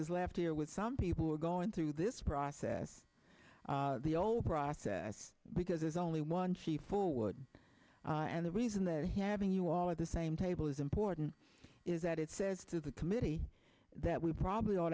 is left here with some people who are going through this process the old process because there's only one chief forward and the reason they're having you all at the same table is important is that it says to the committee that we probably ought